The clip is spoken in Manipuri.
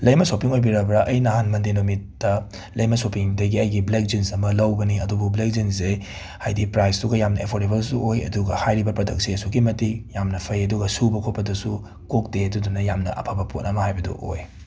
ꯂꯩꯃ ꯁꯣꯄꯤꯡ ꯑꯣꯏꯕꯤꯔꯕ꯭ꯔꯥ ꯑꯩ ꯅꯍꯥꯟ ꯃꯟꯗꯦ ꯅꯨꯃꯤꯠꯇꯥ ꯂꯩꯃ ꯁꯣꯄꯤꯡꯗꯒꯤ ꯑꯩꯒꯤ ꯕ꯭ꯂꯦꯛ ꯖꯤꯟꯁ ꯑꯃ ꯂꯧꯕꯅꯤ ꯑꯗꯨꯕꯨ ꯕ꯭ꯂꯦꯛ ꯖꯤꯟꯁꯁꯦ ꯍꯥꯏꯢꯗꯤ ꯄ꯭ꯔꯥꯏꯁꯇꯨꯒ ꯌꯥꯝꯅ ꯑꯦꯐꯣꯔꯗꯦꯕꯜꯁꯨ ꯑꯣꯏ ꯑꯗꯨꯒ ꯍꯥꯏꯔꯤꯕ ꯄ꯭ꯔꯗꯛ ꯑꯁꯤ ꯑꯁꯨꯛꯀꯤ ꯃꯇꯤꯛ ꯌꯥꯝꯅ ꯐꯩ ꯑꯗꯨꯒ ꯁꯨꯕ ꯈꯣꯠꯄꯗꯁꯨ ꯀꯣꯛꯇꯦ ꯑꯗꯨꯗꯨꯅ ꯌꯥꯝꯅ ꯑꯐꯕ ꯄꯣꯠ ꯑꯃ ꯍꯥꯏꯕꯗꯨ ꯑꯣꯏ